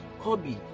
Kobe